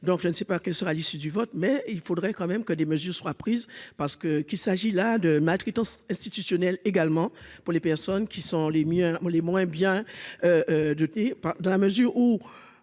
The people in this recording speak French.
je ne sais pas quelle sera l'issue du vote, mais il faudrait quand même que des mesures soient prises parce que, qu'il s'agit là de maths qui institutionnel également pour les personnes qui sont les miens ont les moins bien dotés, dans la mesure où